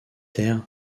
ter